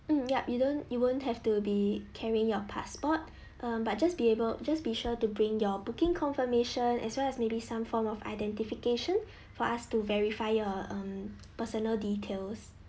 um yup you don't you won't have to be carrying your passport uh but just be able just be sure to bring your booking confirmation as well as maybe some form of identification for us to verify your um personal details